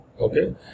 Okay